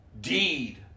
deed